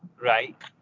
Right